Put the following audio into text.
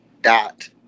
dot